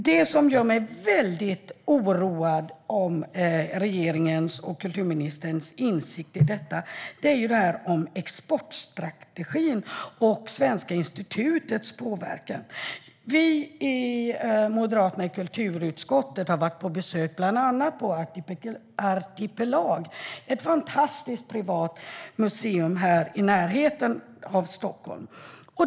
Det som gör mig väldigt oroad i fråga om regeringens och kulturministerns insikt om detta gäller exportstrategin och Svenska institutets påverkan. Moderaterna i kulturutskottet har bland annat besökt Artipelag. Det är ett fantastiskt privat museum i närheten av Stockholm.